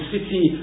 City